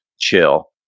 chill